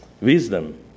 wisdom